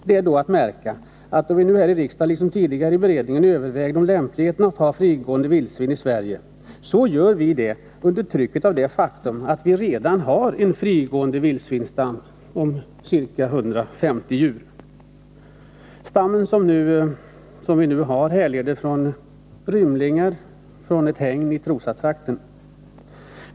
Det är att märka att då vi nu här i riksdagen liksom tidigare i beredningen gör överväganden om lämpligheten av att ha frigående vildsvin i Sverige, gör vi det under trycket av det faktum att vi har en frigående vildsvinsstam om ca 150 djur. Stammen som vi nu har härleder från ”rymlingar” från ett hägn i Trosatrakten.